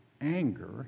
anger